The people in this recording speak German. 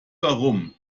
warum